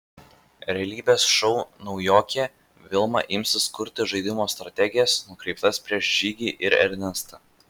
realybės šou naujokė vilma imsis kurti žaidimo strategijas nukreiptas prieš žygį ir ernestą